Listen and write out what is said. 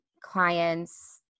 clients